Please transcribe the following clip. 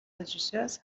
regisseurs